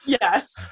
Yes